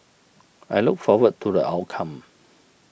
I look forward to the outcome